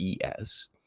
ES